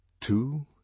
two